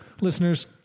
listeners